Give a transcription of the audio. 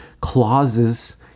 clauses